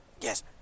yes